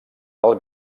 del